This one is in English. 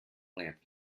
lamp